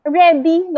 ready